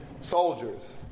soldiers